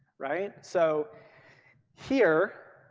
right? so here